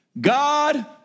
God